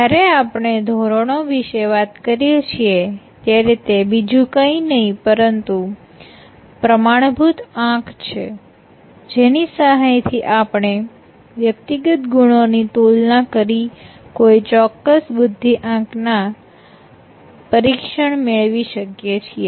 જ્યારે આપણે ધોરણો વિશે વાત કરીએ છીએ ત્યારે તે બીજું કંઈ નહીં પરંતુ પ્રમાણભૂત આંક છે જેની સહાયથી આપણે વ્યક્તિગત ગુણો ની તુલના કરી કોઈ ચોક્કસ બુદ્ધિ ના આંક નું પરીક્ષણ મેળવી શકીએ છીએ